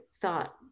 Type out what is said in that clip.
thought